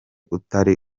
utari